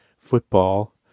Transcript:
football